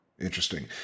Interesting